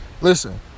Listen